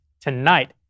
tonight